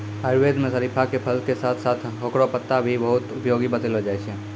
आयुर्वेद मं शरीफा के फल के साथं साथं हेकरो पत्ता भी बहुत उपयोगी बतैलो जाय छै